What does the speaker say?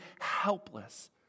helpless